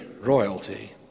royalty